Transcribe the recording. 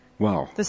Wow